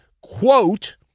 quote